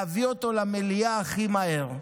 להביא את זה למליאה הכי מהר.